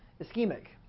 ischemic